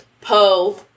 poe